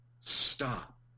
stop